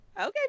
Okay